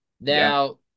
Now